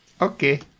Okay